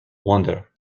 wander